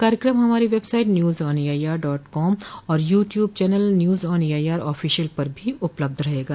कार्यक्रम हमारी website news on AIR dot com और YouTube channel news on AIR official पर भी उपलब्ध रहेगा